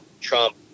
Trump